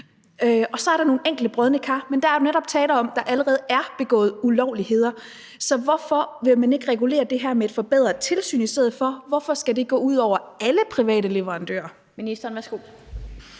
Og så er der nogle enkelte brodne kar, men der er netop tale om, at der allerede er begået ulovligheder. Så hvorfor vil man ikke regulere det her med et forbedret tilsyn i stedet for? Hvor skal det gå ud over alle private leverandører? Kl. 15:58 Den fg.